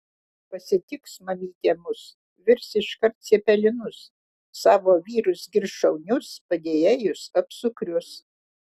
pasitiks mamytė mus virs iškart cepelinus savo vyrus girs šaunius padėjėjus apsukrius